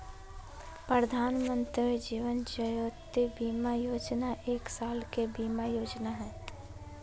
प्रधानमंत्री जीवन ज्योति बीमा योजना एक साल के बीमा योजना हइ